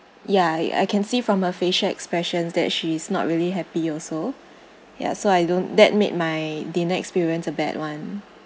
ya it I can see from her facial expressions that she is not really happy also ya so I don't that made my dinner experience a bad [one]